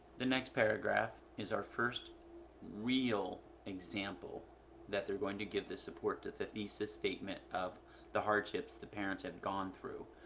the next paragraph is our first real example that they're going to give the support that the thesis statement of the hardship the parents had gone through.